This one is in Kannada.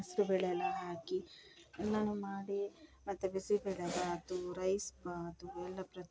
ಹೆಸ್ರು ಬೇಳೆ ಎಲ್ಲ ಹಾಕಿ ನಾನು ಮಾಡಿ ಮತ್ತೆ ಬಿಸಿ ಬೇಳೆ ಬಾತು ರೈಸ್ ಬಾತು ಎಲ್ಲ